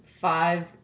Five